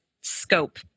scope